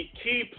key